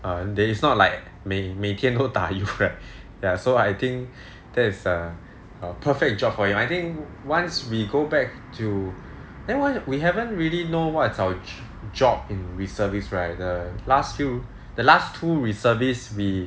err then is not like 每每天都打油 right ya so I think that's a a perfect job for him I think once we go back to then why we haven't really know what's our job in reservist right the last few the last two reservists we